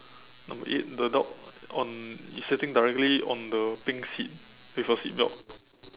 number eight the dog on is sitting directly on the pink seat with a seatbelt